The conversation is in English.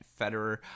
Federer